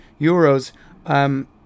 euros